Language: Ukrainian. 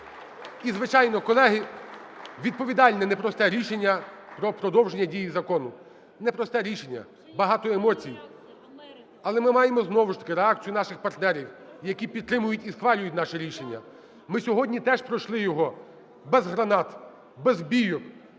І, звичайно, колеги, відповідальне непросте рішення про продовження дії закону. Непросте рішення, багато емоцій, але ми маємо знову ж таки реакцію наших партнерів, які підтримують і схвалюють наше рішення. Ми сьогодні теж пройшли його без гранат, без бійок,